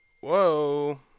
Whoa